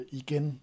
igen